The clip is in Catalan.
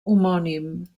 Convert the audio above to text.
homònim